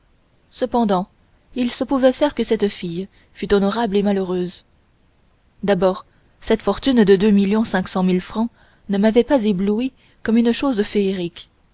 cependant il se pouvait faire que cette fille fût honorable et malheureuse d'abord cette fortune de deux millions cinq cent mille francs ne m'avait pas ébloui comme une chose féerique